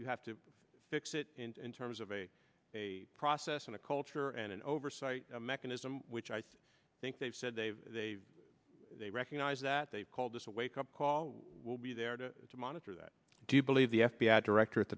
you have to fix it in terms of a process and a culture and an oversight mechanism which i think they've said they've they they recognize that they've called this a wake up call will be there to monitor that do you believe the f b i director at